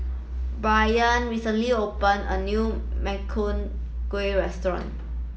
Braylen recently opened a new Makchang Gui Restaurant